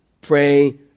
pray